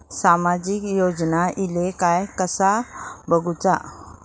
सामाजिक योजना इले काय कसा बघुचा?